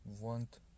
want